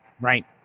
Right